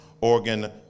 organ